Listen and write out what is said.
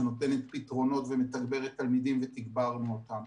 נותנת פתרונות ומתגברת תלמידים ותגברנו אותם.